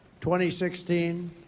2016